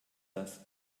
das